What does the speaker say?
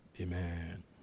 Amen